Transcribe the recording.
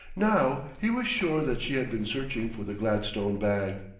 now he was sure that she had been searching for the gladstone bag.